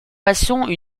façon